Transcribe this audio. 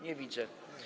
Nie widzę.